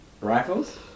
rifles